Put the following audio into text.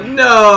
no